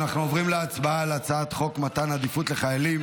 אנחנו עוברים להצבעה על הצעת חוק מתן עדיפות לחיילים